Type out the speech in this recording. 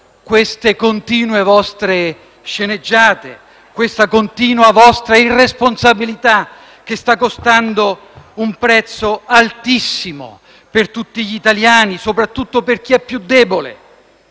queste continue vostre sceneggiate, questa continua vostra irresponsabilità che sta costando un prezzo altissimo per tutti gli italiani, soprattutto per chi è più debole.